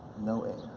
no air.